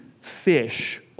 fish